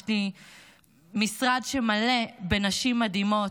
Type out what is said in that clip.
יש לי משרד מלא נשים מדהימות.